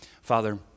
Father